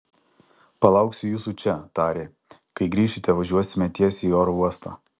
palauksiu jūsų čia tarė kai grįšite važiuosime tiesiai į oro uostą